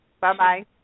Bye-bye